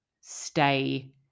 stay